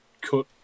cut